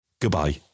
Goodbye